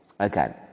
Okay